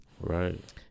Right